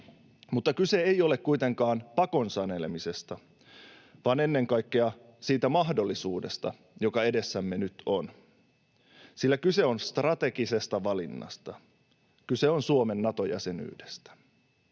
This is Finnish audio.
Mutta kyse ei ole kuitenkaan pakon sanelemisesta vaan ennen kaikkea siitä mahdollisuudesta, joka edessämme nyt on, sillä kyse on strategisesta valinnasta. Kyse on Suomen Nato-jäsenyydestä.